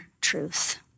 truth